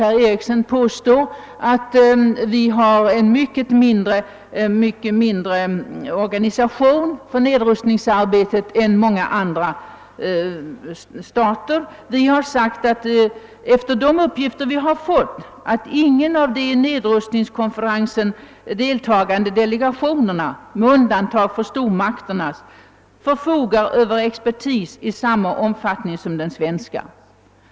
Herr Ericson i Örebro påstår att vi har en mycket mindre organisation för nedrustningsarbete än många andra stater. Enligt de uppgifter vi har fått har vi sagt att ingen av de i nedrustningskonferensen deltagande delegationerna — med undantag för stormakterna — förfogar över expertis i samma omfattning som den svenska.